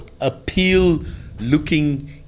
appeal-looking